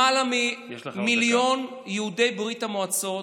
למעלה ממיליון יהודי ברית המועצות,